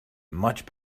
much